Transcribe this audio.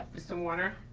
mr warner?